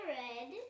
red